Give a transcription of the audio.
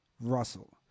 Russell